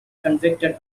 convicted